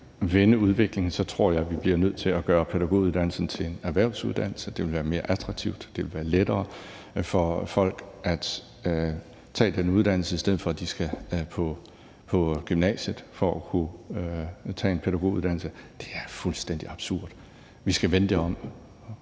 vende udviklingen, bliver nødt til at gøre pædagoguddannelsen til en erhvervsuddannelse. Det ville være mere attraktivt, og det ville være lettere for folk at tage den uddannelse, i stedet for at de skal på gymnasiet for at kunne tage en pædagoguddannelse. Det er fuldstændig absurd. Vi skal vende det om.